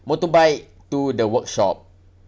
motorbike to the workshop